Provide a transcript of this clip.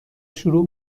شروع